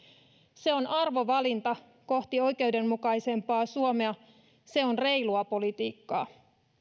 se on arvovalinta kohti oikeudenmukaisempaa suomea se on reilua politiikkaa